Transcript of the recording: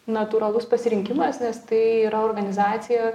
natūralus pasirinkimas nes tai yra organizacija